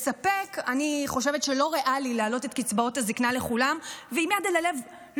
אני חושבת שלא ריאלי להעלות את קצבאות הזקנה לכולם ועם יד על הלב,